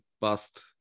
bust